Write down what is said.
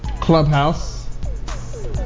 clubhouse